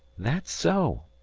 that's so.